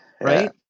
right